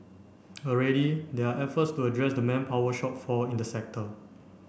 already there are efforts to address the manpower shortfall in the sector